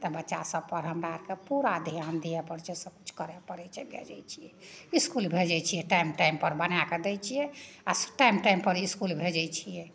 तऽ बच्चा सब पर हमरा सब पूरा ध्यान दिए पड़तै सबकिछु करऽ पड़ै छै भेजै छियै इसकुल भेजै छियै टाइम टाइम पर बनए कए दै छियै आ टाइम टाइम पर इसकुल भेजै छियै